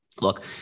Look